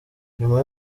nyuma